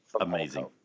Amazing